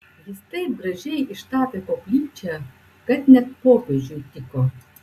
jis taip gražiai ištapė koplyčią kad net popiežiui tiko